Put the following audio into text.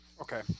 Okay